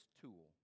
tool